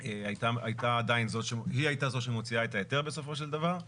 הייתה עדין זו שמוציאה את ההיתר בסופו של דבר.